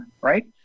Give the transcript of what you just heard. right